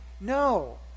No